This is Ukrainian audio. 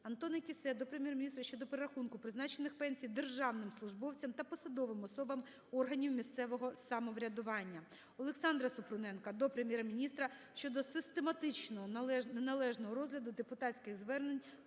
АнтонаКіссе до Прем'єр-міністра щодо перерахунку призначених пенсій державним службовцям та посадовим особам органів місцевого самоврядування. ОлександраСупруненка до Прем'єр-міністра щодо систематичного неналежного розгляду депутатських звернень